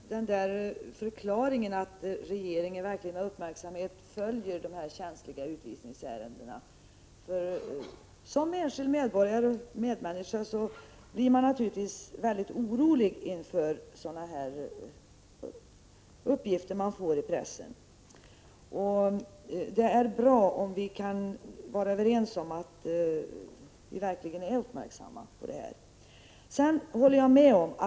Fru talman! Jag vill tacka för förklaringen att regeringen verkligen med uppmärksamhet följer dessa känsliga utvisningsärenden. Som enskild medborgare och medmänniska blir man naturligtvis mycket orolig inför sådana uppgifter som förekommer i pressen. Det är bra om vi kan vara överens om att verkligen vara uppmärksamma på detta.